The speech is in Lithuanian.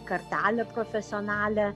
kartelę profesionalią